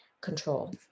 control